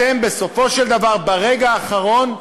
אתם, בסופו של דבר, ברגע האחרון,